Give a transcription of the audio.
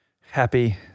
happy